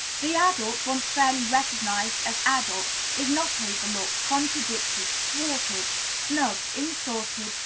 the adult, once fairly recognized as adult, is not overlooked, contradicted, thwarted, snubbed, insulted,